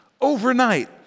overnight